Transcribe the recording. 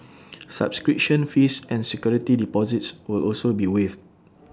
subscription fees and security deposits will also be waived